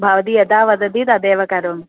भवती यदा वदति तथैव करोमि